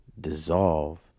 dissolve